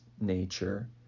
nature